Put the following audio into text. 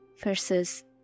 verses